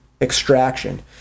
extraction